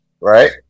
right